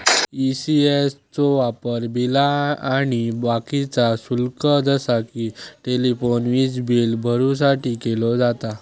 ECS चो वापर बिला आणि बाकीचा शुल्क जसा कि टेलिफोन, वीजबील भरुसाठी केलो जाता